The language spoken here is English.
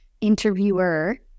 interviewer